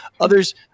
Others